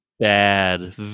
Bad